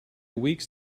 weeks